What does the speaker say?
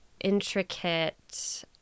intricate